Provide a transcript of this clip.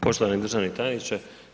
Poštovani državni tajniče.